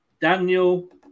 Daniel